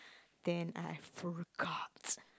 damn I forgot